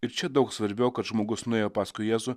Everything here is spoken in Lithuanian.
ir čia daug svarbiau kad žmogus nuėjo paskui jėzų